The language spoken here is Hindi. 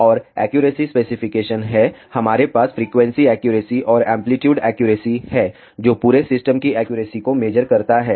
और एक्यूरेसी स्पेसिफिकेशन हैं हमारे पास फ्रीक्वेंसी एक्यूरेसी और एंप्लीट्यूड एक्यूरेसी है जो पूरे सिस्टम की एक्यूरेसी को मेज़र करता हैं